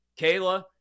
Kayla